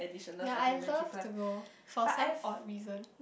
ya I love to go for some odd reason